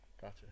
Gotcha